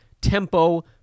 tempo